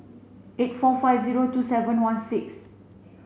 eight four five zero two seven one six